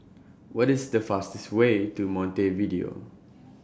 What IS The fastest The Way to Montevideo